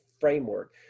framework